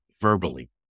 verbally